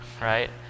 right